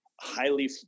highly